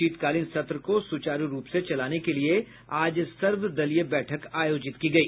शीतकालीन सत्र को सुचारू रूप से चलाने के लिए आज सर्वदलीय बैठक आयोजित की गई